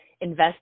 invest